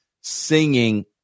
singing